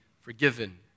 forgiven